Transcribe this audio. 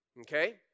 Okay